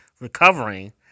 recovering